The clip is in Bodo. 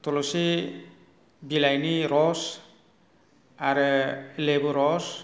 थुलुसि बिलाइनि रस आरो लेबु रस